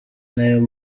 nayo